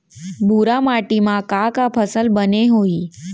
भूरा माटी मा का का फसल बने होही?